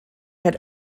had